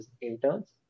interns